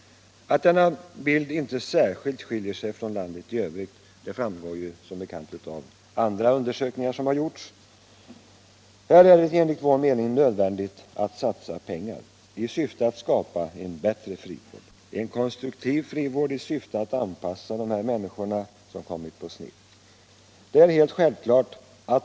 Att denna bild inte särskilt skiljer sig från landet i övrigt framgår ju av andra undersökningar som har gjorts. Här är det enligt vår mening nödvändigt att satsa pengar i syfte att skapa en bättre frivård, en konstruktiv frivård i syfte att anpassa de människor som kommit på sned.